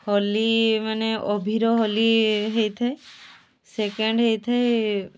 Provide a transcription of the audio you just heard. ହୋଲି ମାନେ ଅବିର ହୋଲି ହୋଇଥାଏ ସେକେଣ୍ଡ୍ ହୋଇଥାଏ